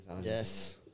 Yes